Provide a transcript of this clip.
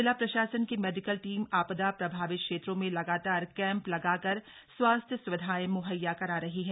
जिला प्रशासन की मेडिकल टीम आपदा प्रभावित क्षेत्रो मे लगातार कैंप लगाकर स्वास्थ्य सुविधाएं मुहैया करा रही है